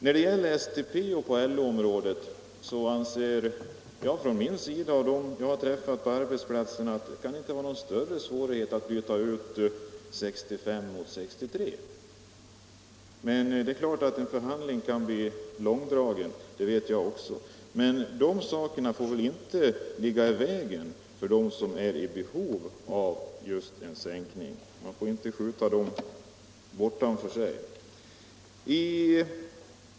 När det gäller STP-anslutna på LO-området anser jag och de jag har träffat på arbetsplatserna att det inte kan bereda några större svårigheter att byta ut 65 år mot 63 år som åldersgräns. Det är klart att en förhandling kan bli långdragen, det vet jag också, men sådana saker får väl inte stå i vägen för dem som är i behov av en sänkning. Man får inte skjuta alla dem ifrån sig.